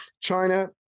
China